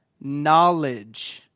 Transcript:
knowledge